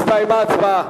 הסתיימה ההצבעה.